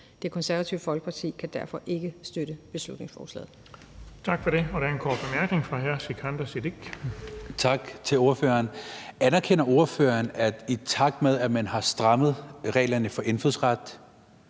Det Konservative Folkeparti kan derfor ikke støtte beslutningsforslaget.